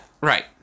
right